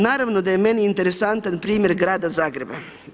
Naravno da je meni interesantan primjer grada Zagreba.